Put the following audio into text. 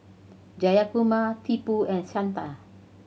Jayakumar Tipu and Santha